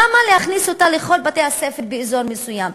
למה להכניס אותה לכל בתי-הספר באזור מסוים?